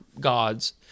gods